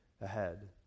ahead